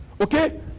Okay